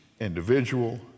individual